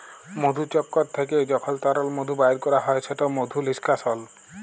মধুচক্কর থ্যাইকে যখল তরল মধু বাইর ক্যরা হ্যয় সেট মধু লিস্কাশল